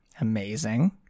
Amazing